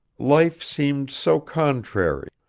life seemed so contrary,